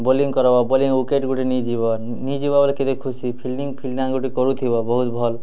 bowling କରବ୍ bowling wicket ଗୁଟେ ନେଇ ଯିବ ନେଇ ଯିବ ବୋଲେ କେତେ ଖୁସି ଫିଲଣ୍ଡିଙ୍ଗ ଫିଲଣ୍ଡିଙ୍ଗ ଗୁଟେ କରୁଥିବ ବହୁତ ଭଲ